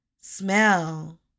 smell